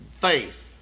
faith